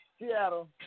Seattle